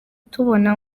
tubona